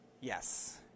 yes